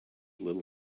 little